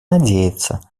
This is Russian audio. надеется